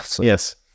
Yes